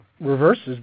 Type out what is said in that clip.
reverses